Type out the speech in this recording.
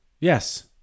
Yes